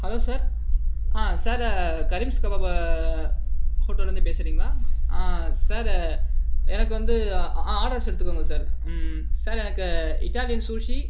hello sir sir Karim's kebab ஹோட்டலிலருந்து பேசுகிறீங்களா sir எனக்கு வந்து ஆடர்ஸ் எடுத்துக்கோங்க சார் சார் எனக்கு இட்டாலியன் சூஷி